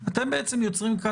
אתם זוכרים,